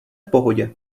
pohodě